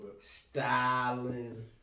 Styling